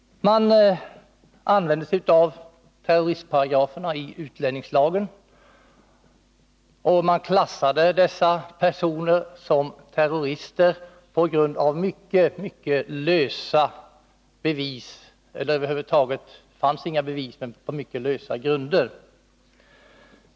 Man använde sig av terroristparagraferna i utlänningslagen, och man klassade dessa personer på synnerligen lösa grunder som terrorister — några bevis fanns över huvud taget inte.